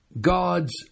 God's